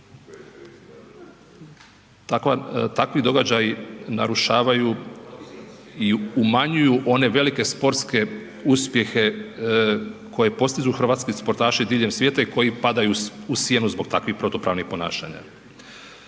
takvi događaji narušavaju i umanjuju one velike sportske uspjehe koje postižu hrvatski sportaši diljem svijeta i koji padaju u sjenu zbog takvih protupravnih ponašanja.